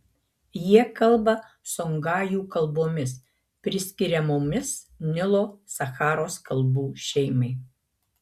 jie kalba songajų kalbomis priskiriamomis nilo sacharos kalbų šeimai